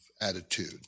attitude